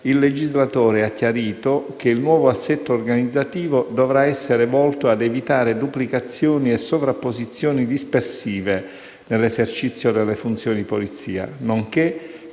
legislatore ha chiarito che il nuovo assetto organizzativo dovrà essere volto a evitare duplicazioni e sovrapposizioni dispersive nell'esercizio delle funzioni di polizia, nonché